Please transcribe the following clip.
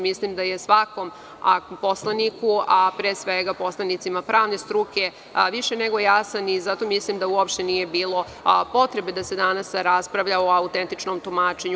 Mislim da je svakom poslaniku, a pre svega poslanicima pravne struke više nego jasan i zato mislim da uopšte nije bilo potrebe da se danas raspravlja o autentičnom tumačenju.